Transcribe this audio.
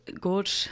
good